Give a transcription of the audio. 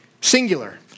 Singular